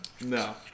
No